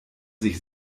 sich